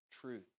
truth